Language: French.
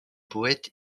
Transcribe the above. poètes